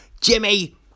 Jimmy